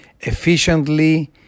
efficiently